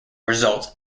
results